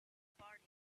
party